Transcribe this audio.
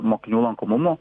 mokinių lankomumu